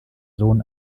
sohn